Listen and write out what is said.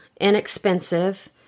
inexpensive